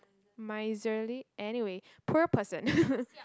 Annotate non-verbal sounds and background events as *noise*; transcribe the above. miserly anyway poor person *laughs*